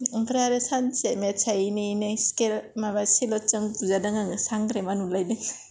ओमफ्राय आरो सानसे मेटस हायैनिनो स्केल माबा सेलदजों बुजादों आङो सांग्रेमा नुलायदों